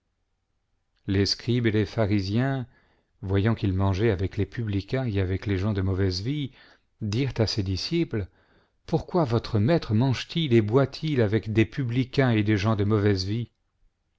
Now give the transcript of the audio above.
les scribes et les pharisiens voyant qu'il mangeait avec les publicains et avec les gens de mauvaise vie dirent à ses disciples pourquoi votre maître mange t il et boit il avec des publicains et des gens de mauvaise vie